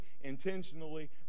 intentionally